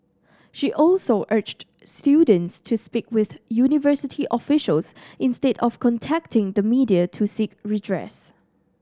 she also urged students to speak with university officials instead of contacting the media to seek redress